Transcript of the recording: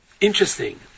Interesting